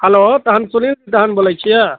hello तहन सुनील तहन बोलै छिए